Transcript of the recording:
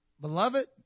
beloved